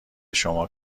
شما